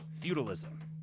Feudalism